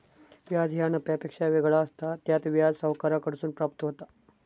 व्याज ह्या नफ्यापेक्षा वेगळा असता, त्यात व्याज सावकाराकडसून प्राप्त होता